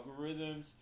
algorithms